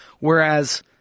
Whereas